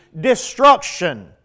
destruction